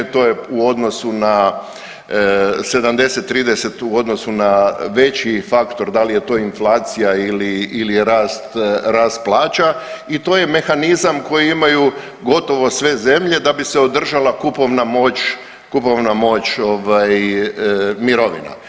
To je u odnosu na 70, 30 u odnosu na veći faktor da li je to inflacija ili rast plaća i to je mehanizam koji imaju gotovo sve zemlje da bi se održala kupovna moć mirovina.